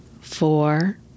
four